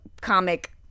comic